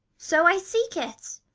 so i seek it,